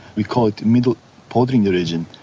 we call it middle podrinje region,